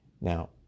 Now